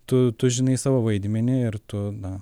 tu tu žinai savo vaidmenį ir tu na